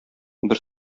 бер